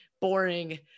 boring